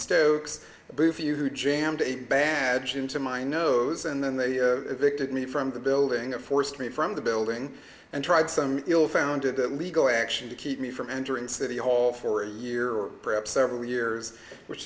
who jammed a badge into my nose and then they victim me from the building a forced me from the building and tried some ill founded at legal action to keep me from entering city hall for a year or perhaps several years which